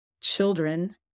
children